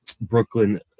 Brooklyn